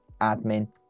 admin